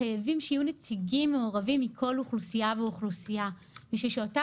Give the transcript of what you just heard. חייבים שיהיו נציגים מעורבים מכל אוכלוסייה ואוכלוסייה כדי שאותה